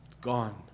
gone